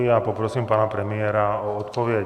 Já poprosím pana premiéra o odpověď.